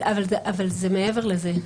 אבל זה מעבר לזה,